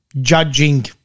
judging